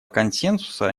консенсуса